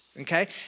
okay